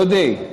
דודי,